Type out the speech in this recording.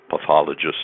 pathologist